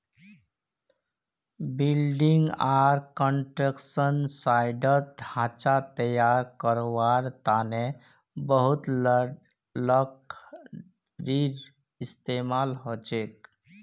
building आर construction साइटत ढांचा तैयार करवार तने बहुत लकड़ीर इस्तेमाल हछेक